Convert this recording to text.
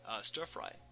stir-fry